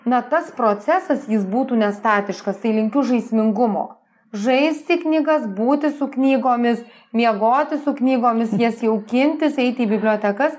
na tas procesas jis būtų nestatiškas tai linkiu žaismingumo žaisti knygas būti su knygomis miegoti su knygomis jas jaukintis eiti į bibliotekas